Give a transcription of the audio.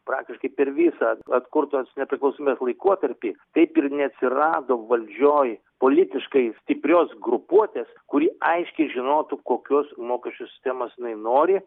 praktiškai per visą atkurtos nepriklausomybės laikotarpį taip ir neatsirado valdžioj politiškai stiprios grupuotės kuri aiškiai žinotų kokios mokesčių sistemos jinai nori